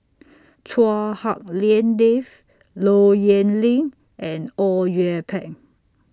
Chua Hak Lien Dave Low Yen Ling and Au Yue Pak